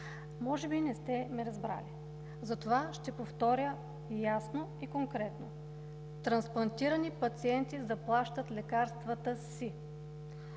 Може би не сте ме разбрали, затова ще повторя ясно и конкретно. Трансплантирани пациенти заплащат лекарствата си!